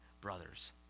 brothers